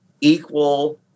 equal